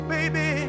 Baby